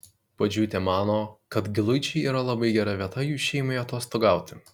puodžiūtė mano kad giluičiai yra labai gera vieta jų šeimai atostogauti